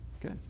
Good